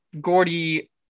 Gordy